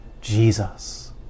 Jesus